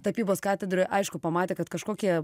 tapybos katedroj aišku pamatė kad kažkokia